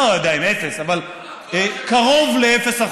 אני לא יודע אם אפס, אבל קרוב ל-0%.